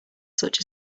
such